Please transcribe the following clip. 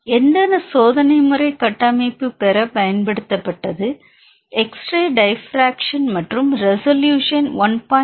எந்த சோதனை முறை கட்டமைப்பைப் பெற பயன்படுத்தப்பட்டது எக்ஸ் ரே டைபிப்பிராக்ஷன் மற்றும் ரெசொலூஷன் 1